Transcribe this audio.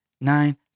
nine